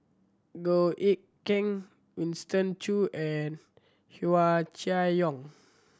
Goh Eck Kheng Winston Choo and Hua Chai Yong